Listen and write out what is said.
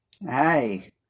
hey